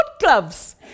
gloves